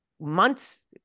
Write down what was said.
months